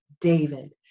David